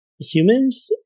humans